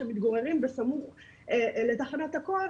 שמתגוררים בסמוך לתחנת הכוח,